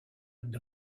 and